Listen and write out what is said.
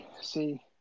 see